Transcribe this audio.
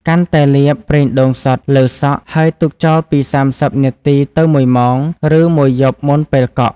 គ្រាន់តែលាប ប្រេងដូងសុទ្ធ លើសក់ ហើយទុកចោលពី ៣០នាទីទៅ ១ម៉ោង ឬមួយយប់មុនពេលកក់។